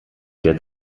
der